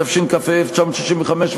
התשכ"ה 1965,